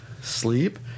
Sleep